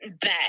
bet